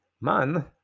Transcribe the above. Man